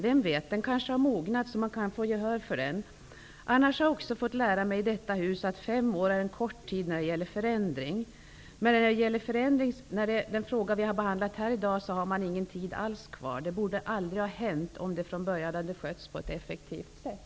Vem vet, det kanske har mognat, så att man kan få gehör för den. Annars har jag också fått lära mig i detta hus att fem år är en kort tid när det gäller förändring. När det gäller den fråga vi har behandlat här i dag har man ingen tid kvar alls. Detta borde aldrig ha hänt, om det från början skötts på ett effektivt sätt.